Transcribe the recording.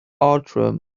outram